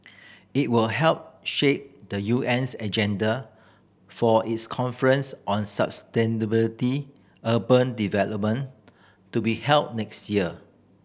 it will help shape the U N's agenda for its conference on sustainability urban development to be held next year